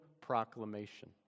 proclamation